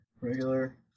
regular